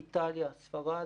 איטליה, ספרד